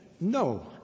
No